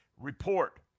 report